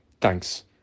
Thanks